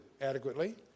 adequately